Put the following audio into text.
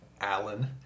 Alan